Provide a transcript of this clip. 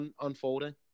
unfolding